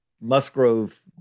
Musgrove